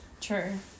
True